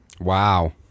Wow